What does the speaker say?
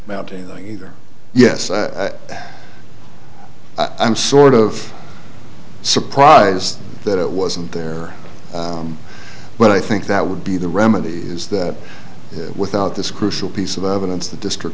amount to anything either yes i i'm sort of surprised that it wasn't there but i think that would be the remedy is that without this crucial piece of evidence the district